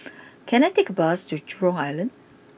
can I take a bus to Jurong Island